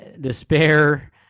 despair